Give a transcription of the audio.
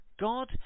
God